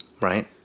Right